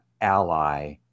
ally